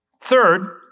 Third